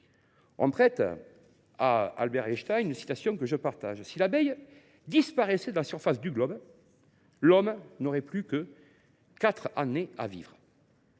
On prête à Albert Einstein une citation que je partage :« Si l’abeille disparaissait de la surface du globe, l’homme n’aurait plus que quatre années à vivre. »